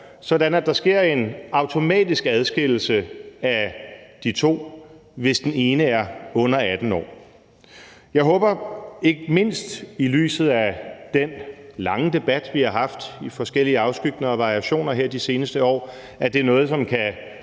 at der sker en automatisk adskillelse af de to, hvis den ene er under 18 år. Jeg håber, ikke mindst i lyset af den lange debat, vi har haft i forskellige afskygninger og variationer her de seneste år, at det er noget, som kan